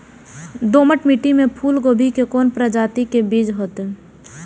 दोमट मिट्टी में फूल गोभी के कोन प्रजाति के बीज होयत?